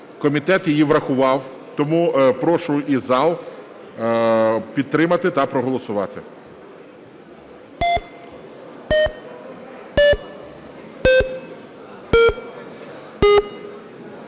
Комітет її врахував. Тому прошу і зал підтримати та проголосувати.